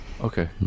Okay